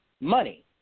money